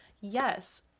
yes